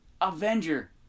Avenger